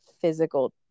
physical